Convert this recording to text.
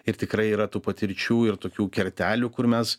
ir tikrai yra tų patirčių ir tokių kertelių kur mes